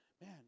Man